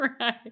Right